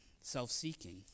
Self-seeking